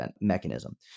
mechanism